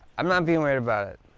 i'm not being weird about it.